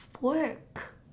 fork